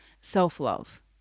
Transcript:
Self-love